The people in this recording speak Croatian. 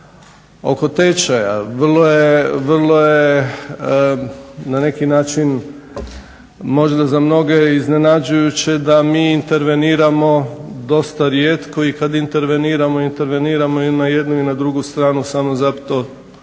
oko tečaja, vrlo je, na neki način, možda za mnoge iznenađujuće da mi interveniramo dosta rijetko i kad interveniramo, interveniramo i na jednu i na drugu stranu samo zato